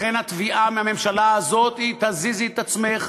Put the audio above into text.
לכן התביעה מהממשלה הזאת היא: תזיזי את עצמך,